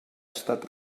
estat